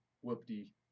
Whoop-dee